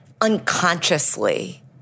unconsciously